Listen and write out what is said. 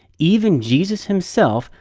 even jesus himself,